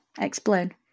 Explain